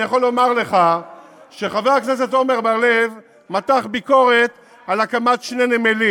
אני יכול לומר לך שחבר הכנסת עמר בר-לב מתח ביקורת על הקמת שני נמלים,